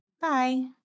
Bye